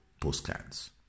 postcards